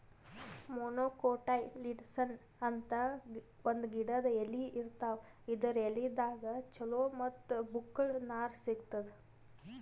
monocotyledonous ಅಂತ್ ಒಂದ್ ಗಿಡದ್ ಎಲಿ ಇರ್ತಾವ ಇದರ್ ಎಲಿದಾಗ್ ಚಲೋ ಮತ್ತ್ ಬಕ್ಕುಲ್ ನಾರ್ ಸಿಗ್ತದ್